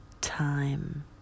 time